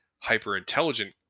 hyper-intelligent